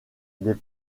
des